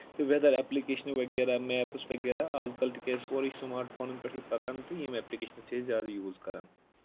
تہٕ ویدَر ایپلِکیشنہٕ وغیرہ میپٕس وغیرہ آزکل تِکیازِ سورُے سماٹ فونَن پؠٹھٕے پَکان تہٕ یِم ایپلِکیشنہٕ چھِ أسۍ زیادٕ یوٗز کَرَان